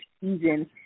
season